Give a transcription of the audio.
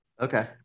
Okay